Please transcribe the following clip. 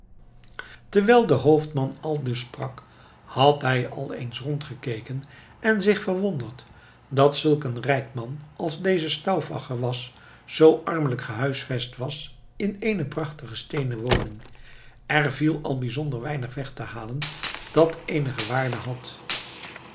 terwijl de hoofdman aldus sprak had hij al eens rondgekeken en zich verwonderd dat zulk een rijk man als deze stauffacher was zoo armelijk gehuisvest was in eene prachtige steenen woning er viel al bijzonder weinig weg te halen dat eenige waarde had